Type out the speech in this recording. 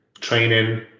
training